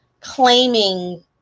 claiming